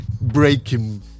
breaking